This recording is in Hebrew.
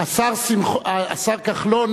השר כחלון,